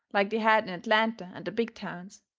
like they had in atlanta and the big towns.